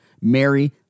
Mary